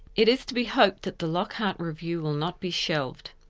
it is to be hoped that the lockhart review will not be shelved.